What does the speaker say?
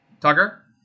Tucker